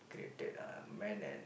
created uh man and